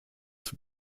zur